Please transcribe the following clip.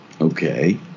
Okay